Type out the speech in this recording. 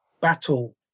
battle